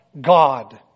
God